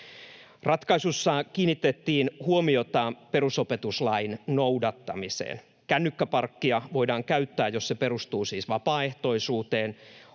Ratkaisussa kiinnitettiin huomiota perusopetuslain noudattamiseen. Kännykkäparkkia voidaan käyttää, jos se perustuu siis vapaaehtoisuuteen.